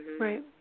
Right